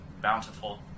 bountiful